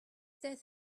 death